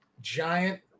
giant